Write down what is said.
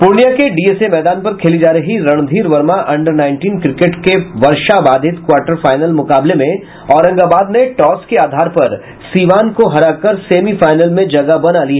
पूर्णिया के डीएसए मैदान पर खेली जा रही Randhir Verma under nineteen cricket के वर्षाबाधित क्वाटर फाइनल मुकाबले में औरंगाबाद ने टॉस के आधार पर सीवान को हराकर सेमीफाइनल में जगह बना ली